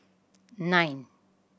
nine